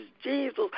Jesus